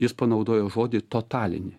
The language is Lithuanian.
jis panaudojo žodį totalinį